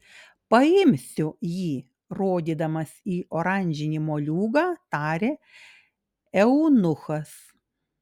paimsiu jį rodydamas į oranžinį moliūgą tarė eunuchas